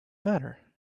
matter